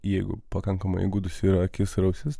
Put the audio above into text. jeigu pakankamai įgudusi akisir ausis